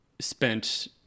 spent